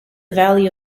valley